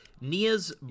Nia's